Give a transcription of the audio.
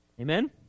amen